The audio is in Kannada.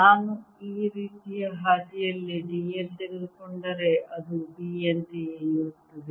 ನಾನು ಈ ರೀತಿಯ ಹಾದಿಯಲ್ಲಿ d l ತೆಗೆದುಕೊಂಡರೆ ಅದು B ಯಂತೆಯೇ ಇರುತ್ತದೆ